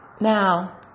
Now